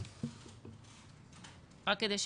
גם ההגבלה של עשרה אנשים היא בגדר משהו כללי.